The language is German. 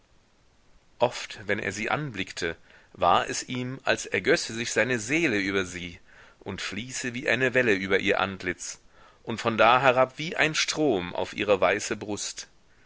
oft wenn er sie anblickte war es ihm als ergösse sich seine seele über sie und fließe wie eine welle über ihr antlitz und von da herab wie ein strom auf ihre weiße brust